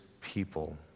people